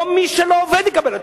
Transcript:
לא מי שלא עובד יקבל הטבות.